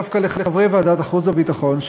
דווקא לחברי ועדת החוץ והביטחון,